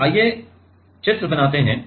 तो आइए चित्र बनाते हैं